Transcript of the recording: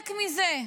מזה.